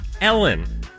Ellen